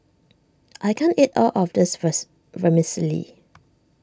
I can't eat all of this verse Vermicelli